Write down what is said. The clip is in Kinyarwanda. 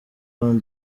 cote